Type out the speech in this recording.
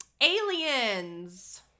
Aliens